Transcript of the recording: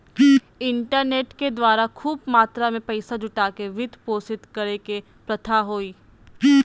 internet के द्वारा खूब मात्रा में पैसा जुटा के वित्त पोषित करे के प्रथा हइ